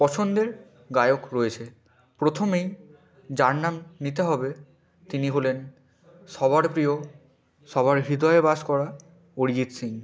পছন্দের গায়ক রয়েছে প্রথমেই যার নাম নিতে হবে তিনি হলেন সবার প্রিয় সবার হৃদয়ে বাস করা অরিজিৎ সিং